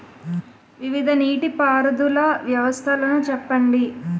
వివిధ నీటి పారుదల వ్యవస్థలను చెప్పండి?